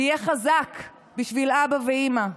תהיה חזק בשביל אבא ואימא,